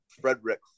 Frederick